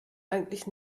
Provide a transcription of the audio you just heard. eigentlich